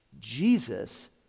Jesus